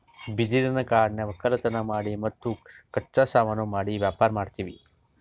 ಬಿದಿರಿನ್ ಕಾಡನ್ಯಾಗ್ ವಕ್ಕಲತನ್ ಮಾಡಿ ಮತ್ತ್ ಕಚ್ಚಾ ಸಾಮಾನು ಮಾಡಿ ವ್ಯಾಪಾರ್ ಮಾಡ್ತೀವಿ